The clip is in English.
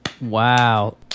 Wow